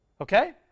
Okay